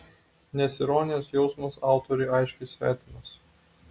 nes ironijos jausmas autoriui aiškiai svetimas